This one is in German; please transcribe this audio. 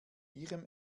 ihrem